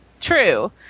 True